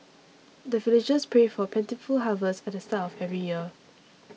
the villagers pray for plentiful harvest at the start of every year